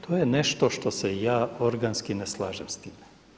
To je nešto što se ja organski ne slažem s time.